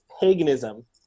paganism